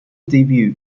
debut